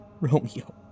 Romeo